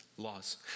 laws